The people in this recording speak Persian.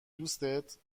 دوستت